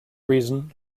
reason